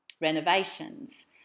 renovations